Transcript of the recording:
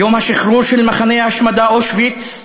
יום השחרור של מחנה ההשמדה אושוויץ.